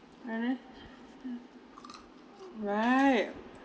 right